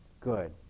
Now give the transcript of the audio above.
Good